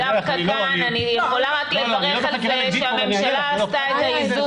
דווקא כאן אני יכולה רק לברך על זה שהממשלה עשתה את האיזון